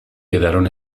quedaron